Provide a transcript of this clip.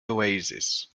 oasis